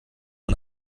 man